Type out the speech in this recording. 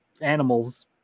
animals